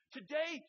Today